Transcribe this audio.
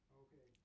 okay